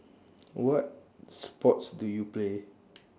what sports do you play